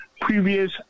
previous